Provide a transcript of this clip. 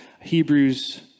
Hebrews